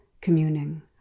communing